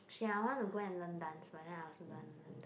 see I want to go and learn dance but then I also don't want to learn dance